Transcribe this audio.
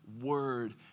word